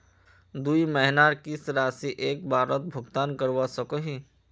दुई महीनार किस्त राशि एक बारोत भुगतान करवा सकोहो ही?